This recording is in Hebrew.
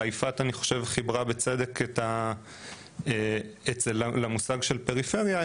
אלא יפעת חיברה בצדק את המושג של פריפריה,